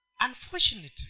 Unfortunately